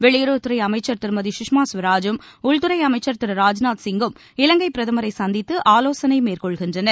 வெளியுறவுத்துறை அமைச்சர் திருமதி சுஷ்மா ஸ்வராஜும் உள்துறை அமைச்சர் திரு ராஜ்நாத் சிங்கும் இலங்கைப் பிரதமரைச் சந்தித்து ஆலோசனை மேற்கொள்கின்றனர்